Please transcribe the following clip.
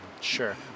Sure